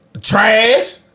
Trash